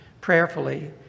prayerfully